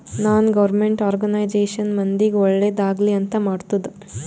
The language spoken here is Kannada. ನಾನ್ ಗೌರ್ಮೆಂಟ್ ಆರ್ಗನೈಜೇಷನ್ ಮಂದಿಗ್ ಒಳ್ಳೇದ್ ಆಗ್ಲಿ ಅಂತ್ ಮಾಡ್ತುದ್